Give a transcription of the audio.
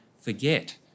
forget